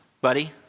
buddy